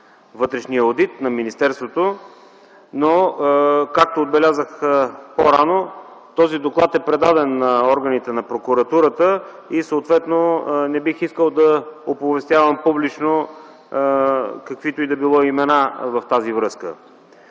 вътрешния одит на министерството. Както отбелязах по-рано, този доклад е предаден на органите на прокуратурата и съответно не бих искал да оповестявам публично каквито и да било имена в тази връзка.